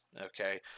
Okay